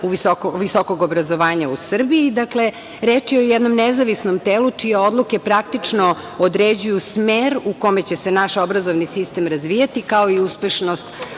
visokog obrazovanja u Srbiji. Reč je o jednom nezavisnom telu čije odluke praktično određuju smer u kome će se naš obrazovni sistem razvijati, kao i uspešnost